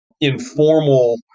informal